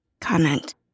comment